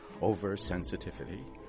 oversensitivity